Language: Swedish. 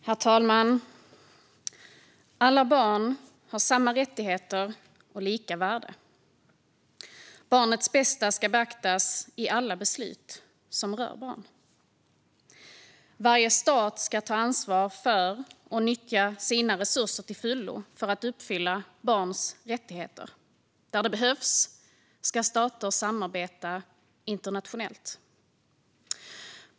Herr talman! Alla barn har samma rättigheter och lika värde. Barnets bästa ska beaktas i alla beslut som rör barn. Varje stat ska ta ansvar för och nyttja sina resurser till fullo för att uppfylla barns rättigheter. Där det behövs ska stater samarbeta internationellt.